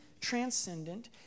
transcendent